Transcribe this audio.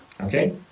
okay